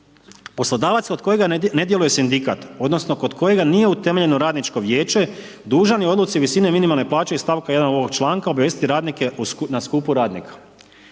Poslodavac od kojega ne djeluje sindikat odnosno kod kojega nije utemeljeno radničko vijeće dužan je odluci visine minimalne plaće iz stavka 1. ovoga članka obavijestiti radnike na skupu radnika.